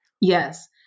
Yes